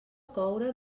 coure